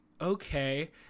okay